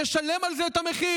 שישלם על זה את המחיר.